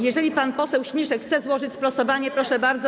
Jeżeli pan poseł Śmiszek chce złożyć sprostowanie, proszę bardzo.